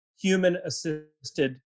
human-assisted